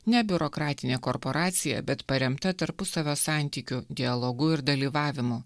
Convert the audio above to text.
ne biurokratinė korporacija bet paremta tarpusavio santykių dialogu ir dalyvavimu